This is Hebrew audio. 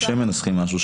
כשהם מנסחים משהו,